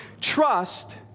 Trust